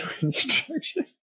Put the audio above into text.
instruction